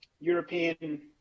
european